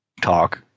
talk